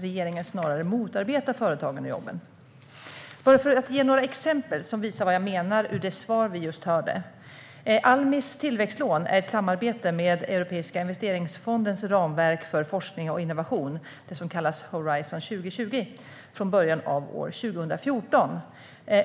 Regeringen snarare motarbetar företagen och jobben. Bara för att ge några exempel ur det svar vi just hörde som visar vad jag menar: Almis tillväxtlån är ett samarbete med Europeiska investeringsfondens ramverk för forskning och innovation, det som kallas Horizon 2020, från början av år 2014.